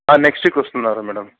next week వస్తున్నారు madam